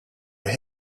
were